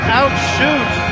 outshoot